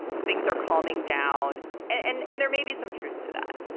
and things are calming down and and there may be some truth to that.